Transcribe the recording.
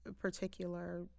particular